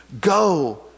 go